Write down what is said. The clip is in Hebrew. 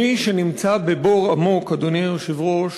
מי שנמצא בבור עמוק, אדוני היושב-ראש,